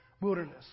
wilderness